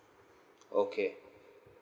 okay